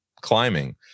climbing